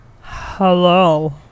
Hello